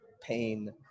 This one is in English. pain